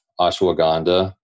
ashwagandha